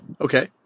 okay